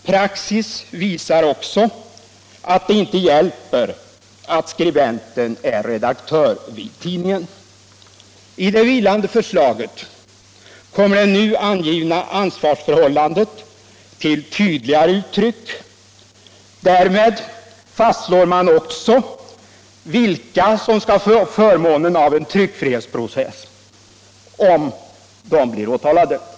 Praxis visar även att det inte hjälper att skribenten är redaktör på tidningen. I det vilande förslaget kommer det nu angivna ansvarsförhållandet till ytterligare uttryck. Därmed fastslår man också vilka som skall ha förmånen av en tryckfrihetsprocess, om de blir åtalade.